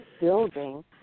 building